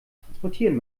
transportieren